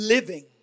Living